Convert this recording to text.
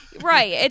Right